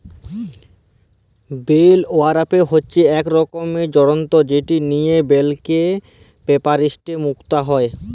bell wrapper হছে ইক রকমের যল্তর যেট লিয়ে বেলকে পেলাস্টিকে মুড়া হ্যয়